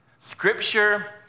Scripture